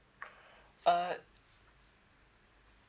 uh